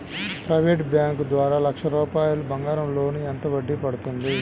Private bank ద్వారా లక్ష రూపాయలు బంగారం లోన్ ఎంత వడ్డీ పడుతుంది?